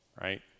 right